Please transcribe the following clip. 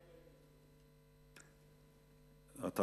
מה היה בהתנתקות?